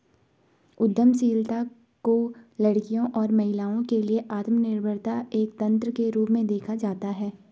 उद्यमशीलता को लड़कियों और महिलाओं के लिए आत्मनिर्भरता एक तंत्र के रूप में देखा जाता है